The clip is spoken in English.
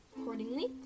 accordingly